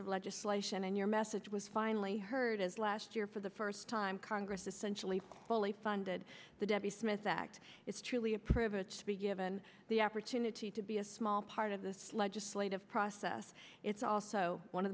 of legislation and your message was finally heard as last year for the first time congress essentially fully funded the debbie smith act it's truly a privilege to be given the opportunity to be a small part of this legislative process it's also one of